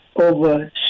over